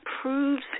proves